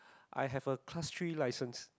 I have a class three license